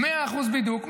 100% בידוק.